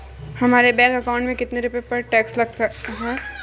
हमारे bank account में कितने रुपये पर टैक्स लग सकता है?